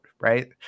right